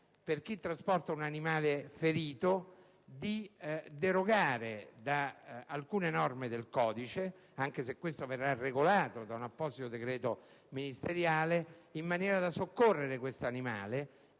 per chi trasporta un animale ferito di derogare ad alcune norme del codice - anche se ciò verrà regolato da un apposito decreto ministeriale - al fine di soccorrerlo, con la